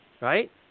Right